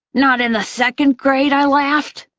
not in the second grade? i laughed.